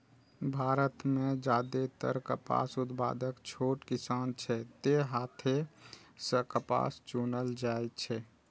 भारत मे जादेतर कपास उत्पादक छोट किसान छै, तें हाथे सं कपास चुनल जाइ छै